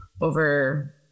over